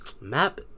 Map